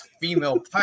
female